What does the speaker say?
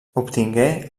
obtingué